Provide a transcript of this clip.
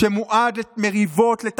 שמועד למריבות, לתקלות,